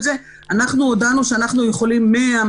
זה אנחנו הודענו שאנחנו יכולים 105-100,